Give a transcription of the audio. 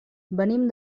venim